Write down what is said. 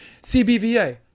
CBVA